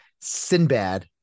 Sinbad